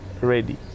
ready